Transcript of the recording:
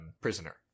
prisoner